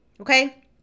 Okay